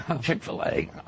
Chick-fil-A